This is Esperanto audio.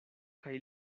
kaj